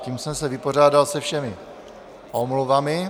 Tím jsem se vypořádal se všemi omluvami.